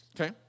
Okay